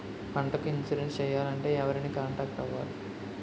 పంటకు ఇన్సురెన్స్ చేయాలంటే ఎవరిని కాంటాక్ట్ అవ్వాలి?